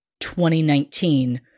2019